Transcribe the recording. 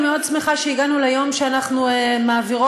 אני מאוד שמחה שהגענו ליום שאנחנו מעבירות,